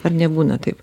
ar nebūna taip